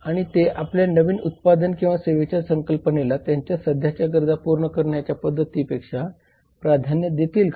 आणि ते आपल्या नवीन उत्पादन किंवा सेवेच्या संकल्पनेला त्यांच्या सध्याच्या गरजा पूर्ण करण्याच्या पद्धतीपेक्षा प्राधान्य देतील का